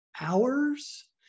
hours